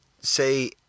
say